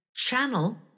channel